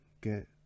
get